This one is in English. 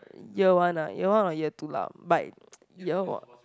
year one ah year one or year two lah but